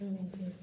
आनी